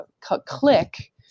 click